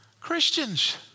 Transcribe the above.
Christians